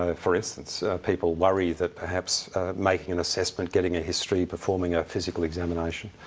ah for instance, people worry that perhaps making an assessment, getting a history, performing a physical examination,